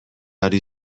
ari